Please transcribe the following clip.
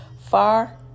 far